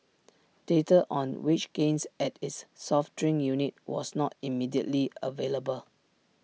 data on wage gains at its soft drink unit was not immediately available